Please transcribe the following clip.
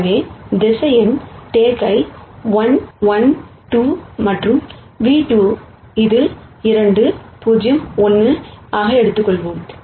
எனவே vector take ஐ 1 1 2 மற்றும் ν₂ இது 2 0 1 ஆக எடுத்துக்கொள்வோம்